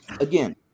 Again